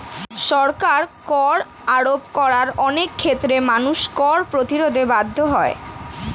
সরকার কর আরোপ করায় অনেক ক্ষেত্রে মানুষ কর প্রতিরোধে বাধ্য হয়